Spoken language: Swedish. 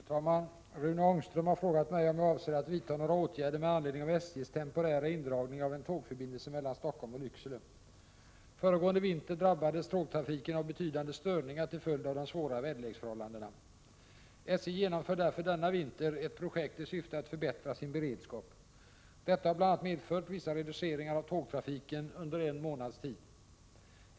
Herr talman! Rune Ångström har frågat mig om jag avser att vidta några åtgärder med anledning av SJ:s temporära indragning av en tågförbindelse mellan Stockholm och Lycksele. Föregående vinter drabbades tågtrafiken av betydande störningar till följd av de svåra väderleksförhållandena. SJ genomför därför denna vinter ett projekt i syfte att förbättra sin beredskap. Detta har bl.a. medfört vissa reduceringar av tågtrafiken under en månads tid.